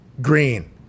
green